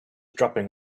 dropping